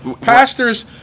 Pastors